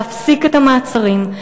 להפסיק את המעצרים,